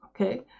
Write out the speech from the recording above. Okay